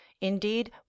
indeed